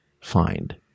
find